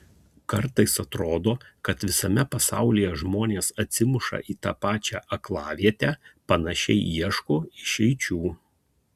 kartais atrodo kad visame pasaulyje žmonės atsimuša į tą pačią aklavietę panašiai ieško išeičių